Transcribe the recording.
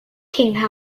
thinking